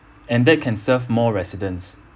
and that can serve more residents